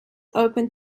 open